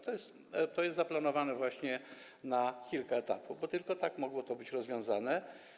To jest zaplanowane właśnie na kilka etapów, bo tylko tak mogło to być rozwiązane.